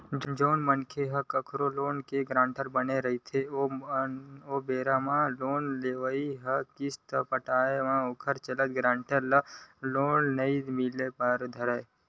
जउन मनखे ह कखरो लोन के गारंटर बने रहिथे ओ बेरा म लोन लेवइया ह किस्ती नइ पटाय ओखर चलत गारेंटर ल लोन नइ मिले बर धरय